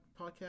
Podcast